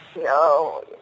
No